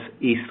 east